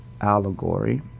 allegory